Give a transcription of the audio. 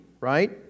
right